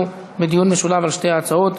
אנחנו בדיון משולב על שתי הצעות.